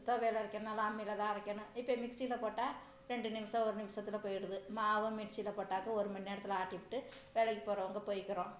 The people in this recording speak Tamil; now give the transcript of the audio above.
ஒரு துவையல் அரைக்கணும்னாலும் அம்மியில் தான் அரைக்கணும் இப்போ மிக்ஸியில போட்டால் ரெண்டு நிமிஷம் ஒரு நிமிஷத்தில் போயிடுது மாவு மிக்ஸியில போட்டாக்கா ஒரு மண்நேரத்தில் ஆட்டிப்புட்டு வேலைக்கு போகறவங்க போயிக்குறோம்